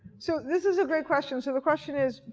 so this is a great question. so the question is,